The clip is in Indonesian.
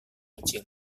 kecil